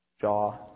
Jaw